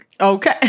okay